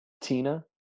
tina